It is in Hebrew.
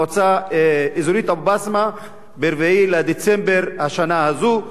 למועצה האזורית אבו-בסמה ב-4 בדצמבר שנה זו.